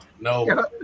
No